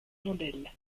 blondel